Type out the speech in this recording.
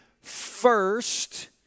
first